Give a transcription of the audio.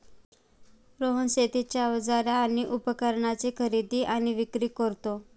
रोहन शेतीची अवजारे आणि उपकरणाची खरेदी आणि विक्री करतो